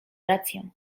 rację